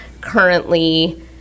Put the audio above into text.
currently